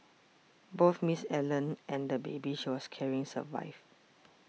both Miss Allen and the baby she was carrying survived